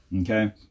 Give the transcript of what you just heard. Okay